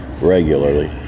regularly